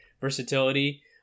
versatility